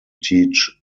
teach